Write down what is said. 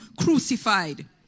crucified